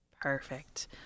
Perfect